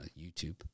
YouTube